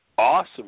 awesome